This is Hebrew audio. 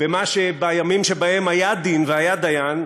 במה שבימים שהיה דין והיה דיין,